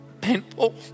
painful